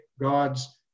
God's